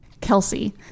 kelsey